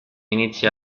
inizia